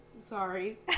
Sorry